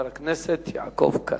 חבר הכנסת יעקב כץ.